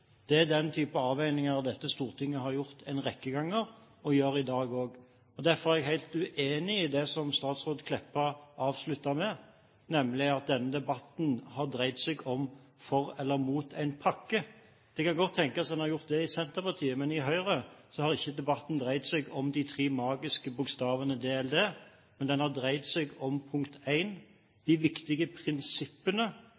Det er den type avveininger dette stortinget har gjort en rekke ganger, og gjør i dag også. Derfor er jeg helt uenig i det som statsråd Kleppa avsluttet med, nemlig at denne debatten har dreid seg om å være for eller imot en pakke. Det kan godt tenkes at den har gjort det i Senterpartiet, men i Høyre har ikke debatten dreid seg om de tre magiske bokstavene DLD, men den har dreid seg om